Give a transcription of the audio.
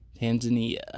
tanzania